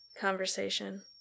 conversation